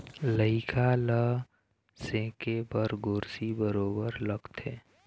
लइका ल सेके बर गोरसी बरोबर लगथे